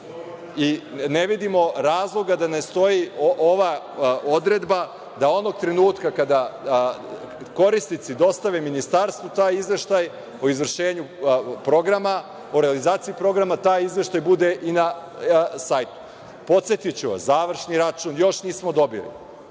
Ne vidimo razloga da ne stoji ova odredba, da onog trenutka kada korisnici dostave ministarstvu taj izveštaj o izvršenju programa, o realizaciji programa, taj izveštaj bude i na sajtu. Podsetiću vas, završni račun još nismo dobili,